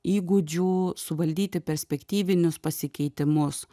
įgūdžių suvaldyti perspektyvinius pasikeitimus